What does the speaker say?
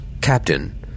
Captain